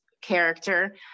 character